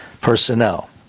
personnel